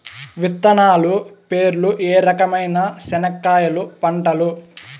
విత్తనాలు పేర్లు ఏ రకమైన చెనక్కాయలు పంటలు?